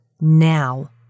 now